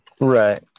Right